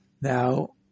Now